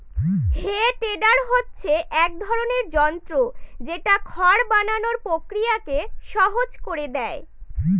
হে tedder হচ্ছে এক ধরনের যন্ত্র যেটা খড় বানানোর প্রক্রিয়াকে সহজ করে দেয়